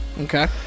Okay